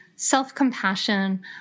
self-compassion